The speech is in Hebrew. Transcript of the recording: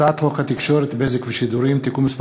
הצעת חוק התקשורת (בזק ושידורים) (תיקון מס'